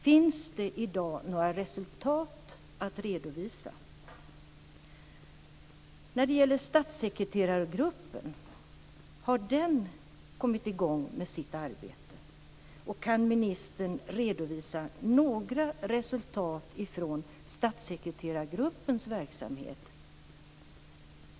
Finns det i dag några resultat att redovisa? Har den kommit i gång med sitt arbete? Kan ministern redovisa några resultat från statssekreterargruppens verksamhet?